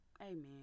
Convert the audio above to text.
amen